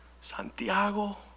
Santiago